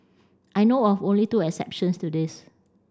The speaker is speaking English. I know of only two exceptions to this